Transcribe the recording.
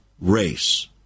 race